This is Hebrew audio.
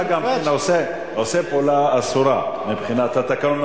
אתה גם עושה פעולה אסורה מבחינת התקנון,